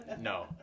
No